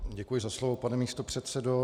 Děkuji za slovo, pane místopředsedo.